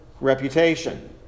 reputation